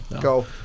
go